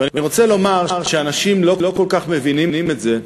ואני רוצה לומר שאנשים לא כל כך מבינים את זה,